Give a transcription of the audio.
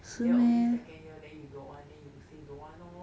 then only second year then you don't want then you say don't want lor